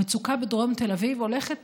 המצוקה בדרום תל אביב הולכת